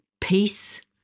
Peace